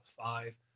five